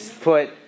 put